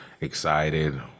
Excited